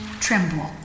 tremble